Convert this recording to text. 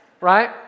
right